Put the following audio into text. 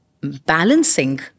balancing